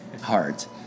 heart